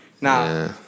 Now